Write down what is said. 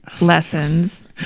lessons